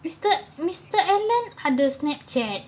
mister mister alan ada snapchat